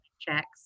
checks